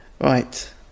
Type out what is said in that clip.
Right